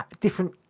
different